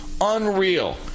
Unreal